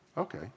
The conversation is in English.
okay